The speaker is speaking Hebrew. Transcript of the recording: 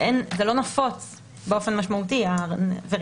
הווריאנט הזה לא נפוץ באופן משמעותי.